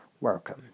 welcome